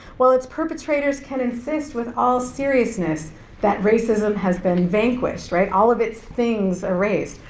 while its perpetrators can insist with all seriousness that racism has been vanquished, right, all of its things erased.